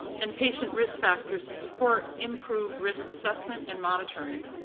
and patient risk factors to support improved risk assessment and monitoring.